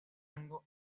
tango